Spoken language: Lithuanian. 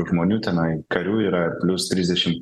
žmonių tenai karių yra plius trisdešimt